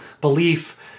belief